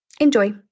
Enjoy